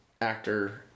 actor